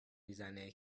میزنه